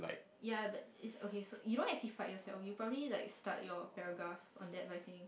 ya but it's okay so you don't yourself you probably like start your paragraph on there by saying